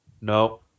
No